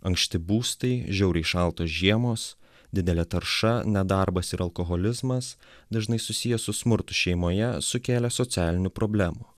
ankšti būstai žiauriai šaltos žiemos didelė tarša nedarbas ir alkoholizmas dažnai susiję su smurtu šeimoje sukėlė socialinių problemų